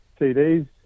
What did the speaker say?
CDs